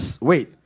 Wait